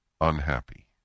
unhappy